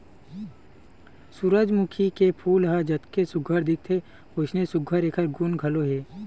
सूरजमूखी के फूल ह जतके सुग्घर दिखथे वइसने सुघ्घर एखर गुन घलो हे